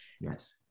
Yes